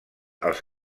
els